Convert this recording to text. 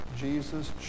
Jesus